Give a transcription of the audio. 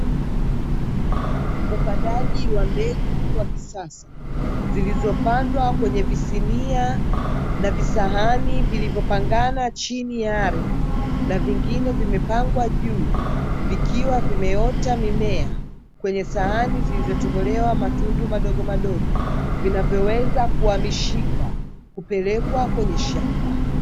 Upandaji wa mbegu wa kisasa zilizopandwa kwenye visinia na visahani vilivyopangana chini ya ardhi na vingine vimepangwa juu vikiwa vimeota mimea, kwenye sahani zilizotobolewa matundu madogo madogo vinavyoweza kuhamishika kupelekwa kwenye shamba.